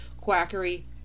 quackery